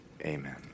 Amen